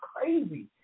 crazy